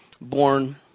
born